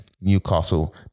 Newcastle